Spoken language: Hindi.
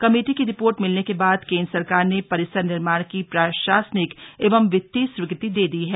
कमेटी की रिपोर्ट मिलने के बाद केंद्र सरकार ने परिसर निर्माण की प्रशासनिक एवं वित्तीय स्वीकृति दे दी है